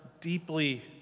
deeply